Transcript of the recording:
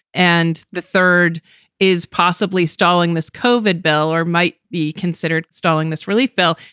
and the third is possibly stalling this covered bill or might be considered stalling. this really fell.